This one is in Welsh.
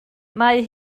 mae